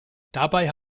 dabei